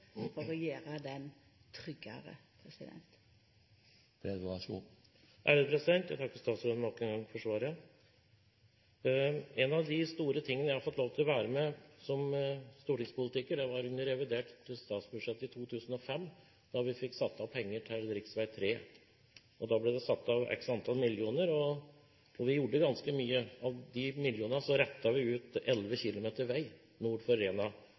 Jeg takker statsråden nok en gang for svaret. En av de store tingene jeg har fått lov til å være med på som stortingspolitiker, var da vi fikk satt av penger til rv. 3 i forbindelse med revidert statsbudsjett i 2005. Da ble det satt av x antall millioner, og det ble gjort ganske mye. Av de millionene ble det rettet ut 11 km vei nord for Rena.